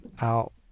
out